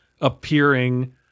appearing